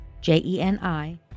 j-e-n-i